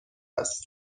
است